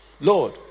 lord